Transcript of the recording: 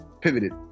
pivoted